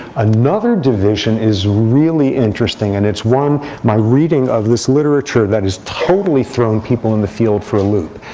another division is really interesting. and it's one my reading of this literature that has totally thrown people in the field for a loop.